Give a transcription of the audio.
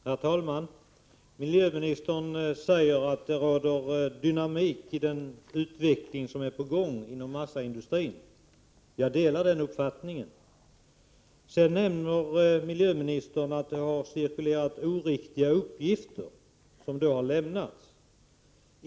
Herr talman! Miljöministern säger att det råder dynamik i den utveckling som är på gång inom massaindustrin. Jag delar den uppfattningen. Sedan nämner miljöministern att det har cirkulerat oriktiga uppgifter som lämnats av företagen.